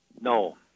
No